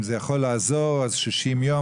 אם זה יכול לעזור אז 60 יום.